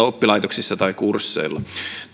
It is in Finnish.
oppilaitoksissa tai kursseilla